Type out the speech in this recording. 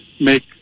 make